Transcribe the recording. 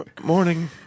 Morning